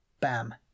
bam